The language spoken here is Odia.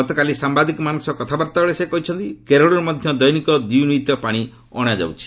ଗତକାଲି ସାମ୍ଭାଦିକମାନଙ୍କ ସହ କଥାବାର୍ତ୍ତାବେଳେ ସେ କହିଛନ୍ତି କେରଳରୁ ମଧ୍ୟ ଦୈନିକ ଦୁଇ ନିୟୁତ ପାଣି ଅଣାଯାଉଛି